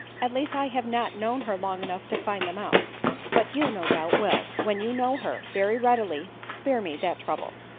at least i have not known her long enough to find them out but you, no doubt, will, when you know her, very readily spare me that trouble.